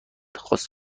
خاص